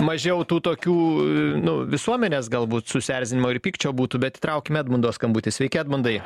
mažiau tų tokių nu visuomenės galbūt susierzinimo ir pykčio būtų bet įtraukim edmundo skambutį sveiki edmundai